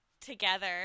together